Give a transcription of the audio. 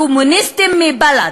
הקומוניסטים מבל"ד,